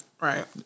Right